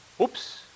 oops